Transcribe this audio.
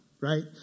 right